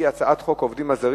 הודעתו של יושב-ראש ועדת הכנסת,